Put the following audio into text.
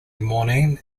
morning